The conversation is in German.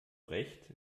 recht